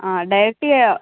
డైరెక్టుగా